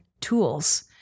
tools